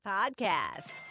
Podcast